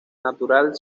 natural